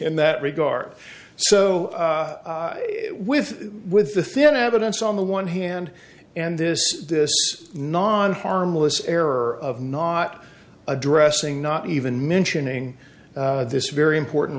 in that regard so with with the thin evidence on the one hand and this non harmless error of not addressing not even mentioning this very important